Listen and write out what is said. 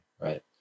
right